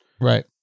Right